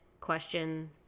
question